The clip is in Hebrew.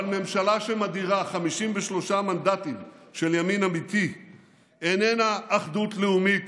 אבל ממשלה שמדירה 53 מנדטים של ימין אמיתי איננה אחדות לאומית.